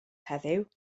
heddiw